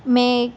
મેં